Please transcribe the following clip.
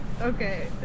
okay